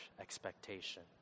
expectation